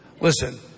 Listen